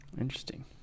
interesting